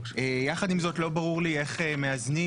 יחד עם זאת, לא ברור לי איך מאזנים